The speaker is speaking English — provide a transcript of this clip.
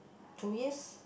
two years